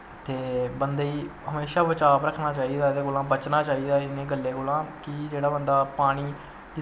ते बंदे गी हमेशा बचाब रक्खना चाही दा एह्दे कोला बचना चाही दा इनें गल्लें कोला की जेह्ड़ा बंदा पानी